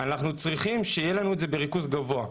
אנחנו צריכים שיהיה לנו את זה בריכוז גבוה,